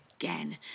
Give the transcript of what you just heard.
again